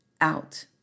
out